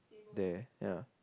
there ya